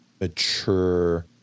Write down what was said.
mature